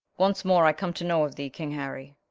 once more i come to know of thee king harry,